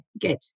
Good